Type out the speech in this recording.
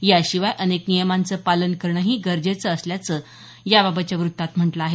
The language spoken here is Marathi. याशिवाय अनेक नियमांचं पालन करणही गरजेचं असल्याचं याबाबतच्या वृत्तात म्हटलं आहे